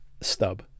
stub